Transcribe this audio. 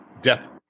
death